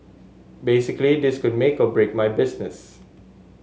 basically this could make or break my business